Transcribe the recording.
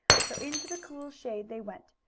so into the cool shade they went,